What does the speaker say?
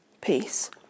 peace